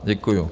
Děkuju.